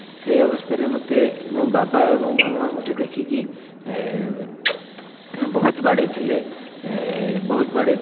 ସେ ଅବସ୍ଥାରେ ମୋତେ ମୋ ବାବା ଏବଂ ମାମା ମୋତେ ଦେଖିକି ବହୁତ ବାଡ଼େଇଥିଲେ ବହୁତ ବାଡ଼େଇଥିଲେ